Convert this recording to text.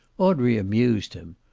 audrey amused him.